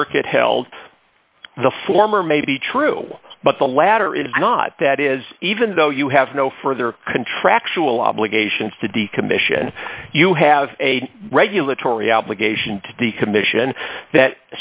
circuit held the former may be true but the latter is not that is even though you have no further contractual obligations to decommission you have a regulatory obligation to decommission that